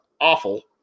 awful